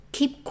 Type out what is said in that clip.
Keep